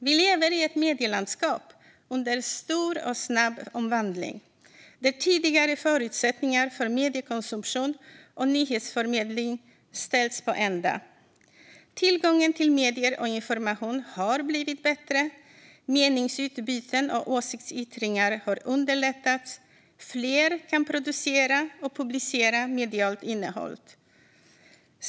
Vi lever i ett medielandskap under stor och snabb omvandling, där tidigare förutsättningar för mediekonsumtion och nyhetsförmedling ställts på ända. Tillgången till medier och information har blivit bättre, meningsutbyten och åsiktsyttringar har underlättats och fler kan producera och publicera medialt innehåll.